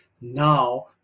now